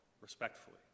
respectfully